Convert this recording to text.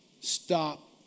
stop